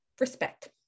respect